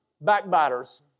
Backbiters